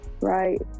right